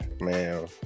Man